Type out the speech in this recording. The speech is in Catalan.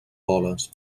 boles